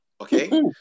okay